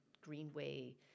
Greenway